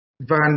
Van